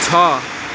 छ